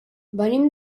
venim